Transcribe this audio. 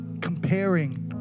comparing